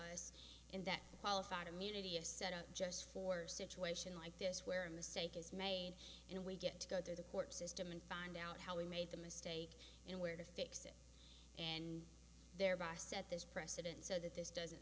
us in that qualified immunity is set up just for a situation like this where a mistake is made and we get to go to the court system and find out how we made the mistake and where the fix and thereby set this precedent so that this doesn't